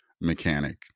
mechanic